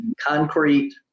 concrete